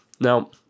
Now